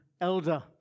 elder